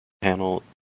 panel